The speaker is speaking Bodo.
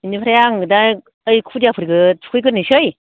बेनिफ्राय आङो दा दायो खुदियाफोरखौ थुखैग्रोनोसै